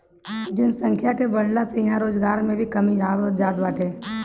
जनसंख्या के बढ़ला से इहां रोजगार में भी कमी आवत जात बाटे